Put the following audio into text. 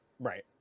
Right